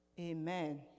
amen